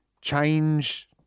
change